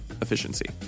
efficiency